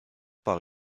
par